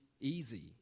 easy